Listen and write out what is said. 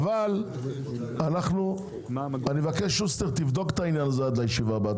אבל שוסטר, תבדוק בבקשה את העניין עד הישיבה הבאה.